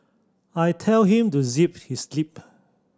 I tell him to zip his lip